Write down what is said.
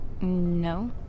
no